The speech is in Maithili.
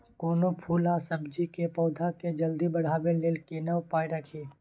कोनो फूल आ सब्जी के पौधा के जल्दी बढ़ाबै लेल केना उपाय खरी?